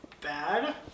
bad